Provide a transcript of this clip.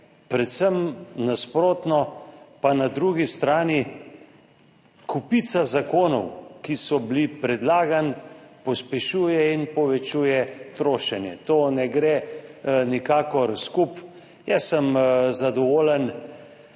Predvsem nasprotno pa na drugi strani kopica zakonov, ki so bili predlagani, pospešuje in povečuje trošenje. To ne gre nikakor skupaj. Zadovoljen